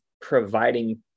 providing